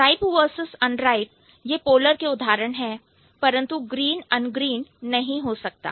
Ripe versus unripe यह polar के उदाहरण है परंतु green ungreen नहीं हो सकता